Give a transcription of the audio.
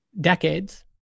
decades